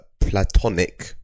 platonic